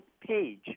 page